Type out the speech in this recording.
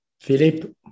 Philip